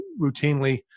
routinely